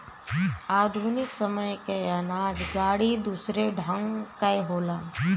आधुनिक समय कअ अनाज गाड़ी दूसरे ढंग कअ होला